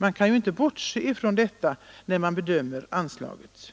Man kan ju inte bortse från detta när man bedömer anslaget.